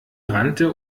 rannte